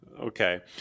Okay